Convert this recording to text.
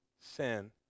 sin